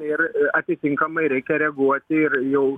ir atitinkamai reikia reaguoti ir jau